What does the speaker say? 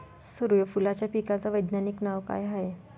सुर्यफूलाच्या पिकाचं वैज्ञानिक नाव काय हाये?